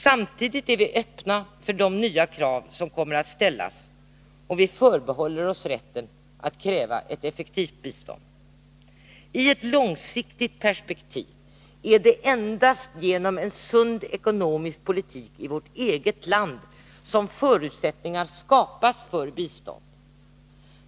Samtidigt är vi öppna för de nya krav som kommer att ställas, och vi förbehåller oss rätten att kräva ett effektivt bistånd. I ett långsiktigt perspektiv är det endast genom en sund ekonomisk politik i vårt eget land som förutsättningar skapas för bistånd.